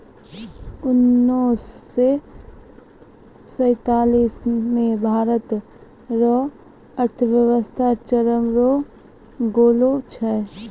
उनैस से सैंतालीस मे भारत रो अर्थव्यवस्था चरमरै गेलो छेलै